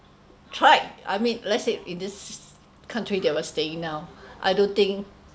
tried I mean let's say in this country that we're staying now I don't think